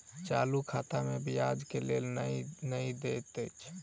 चालू खाता मे ब्याज केल नहि दैत अछि